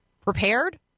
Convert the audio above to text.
prepared